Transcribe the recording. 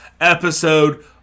episode